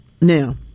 Now